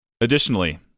Additionally